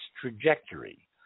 trajectory